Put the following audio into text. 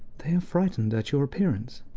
they are frightened at your appearance.